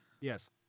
Yes